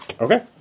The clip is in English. Okay